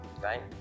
Right